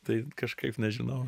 tai kažkaip nežinau